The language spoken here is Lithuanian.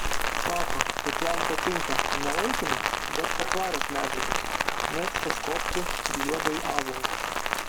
sako kad jam patinka ne laikinos bet patvarios medžiagos mėgsta skobti ir juodąjį ąžuolą